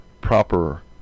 proper